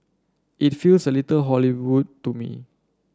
it feels a little Hollywood to me